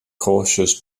cautious